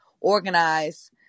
organize